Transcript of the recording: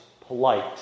polite